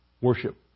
worship